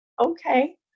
okay